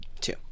Two